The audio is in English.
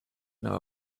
know